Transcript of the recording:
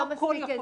לא משנה.